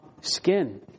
skin